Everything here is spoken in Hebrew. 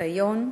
בניסיון ובמרץ,